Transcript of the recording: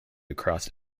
across